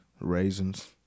Raisins